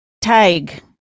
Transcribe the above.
Tag